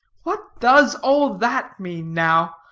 what does all that mean, now?